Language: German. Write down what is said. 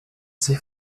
sich